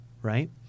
right